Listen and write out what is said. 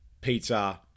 pizza